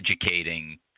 educating